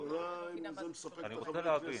רוצה להבין.